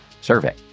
survey